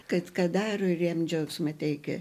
kad ką daro ir jam džiaugsmą teikia